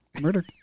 Murder